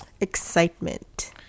Excitement